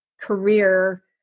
career